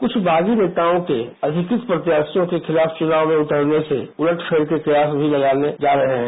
कुछ बागी नेताओं के अधिकृत प्रत्यारियों के खिलाफ चुनाव में उतरने से उलट फेर के कयास भी लगाने जा रहे हैं